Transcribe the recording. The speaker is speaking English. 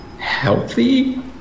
healthy